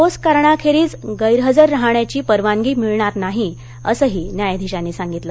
ठोस कारणाखेरीज गैरहजर राहण्याची परवानगी मिळणार नाही असं ही न्यायाधिशांनी सांगितलं